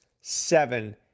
seven